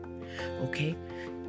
okay